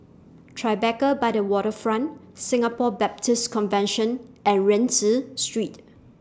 Tribeca By The Waterfront Singapore Baptist Convention and Rienzi Street